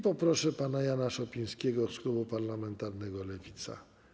Poproszę pana posła Jana Szopińskiego z klubu parlamentarnego Lewica.